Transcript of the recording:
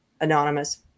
anonymous